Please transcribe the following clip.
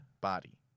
body